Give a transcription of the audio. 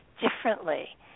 differently